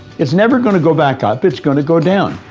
it's never going to go back up, it's going to go down.